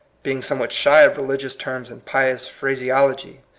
being somewhat shy of re ligious terms and pious phraseology,